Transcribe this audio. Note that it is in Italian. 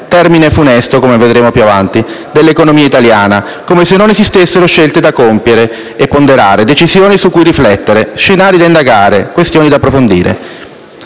termine funesto come vedremo più avanti, dell'economia italiana come se non esistessero scelte da compiere e ponderare, decisioni su cui riflettere, scenari da indagare, questioni da approfondire.